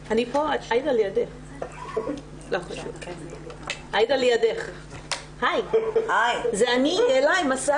אני רוצה לדבר על תעסוקה אחרת, שהיא מילה גסה